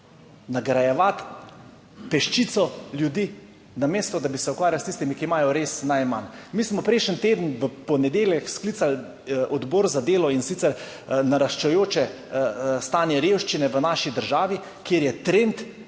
nagrajevati peščico ljudi, namesto, da bi se ukvarjali s tistimi, ki imajo res najmanj. Mi smo prejšnji teden, v ponedeljek, sklicali Odbor za delo, in sicer naraščajoče stanje revščine v naši državi, kjer trend